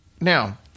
Now